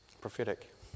Prophetic